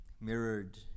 mirrored